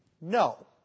No